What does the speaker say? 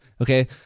Okay